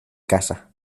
casa